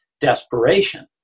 desperation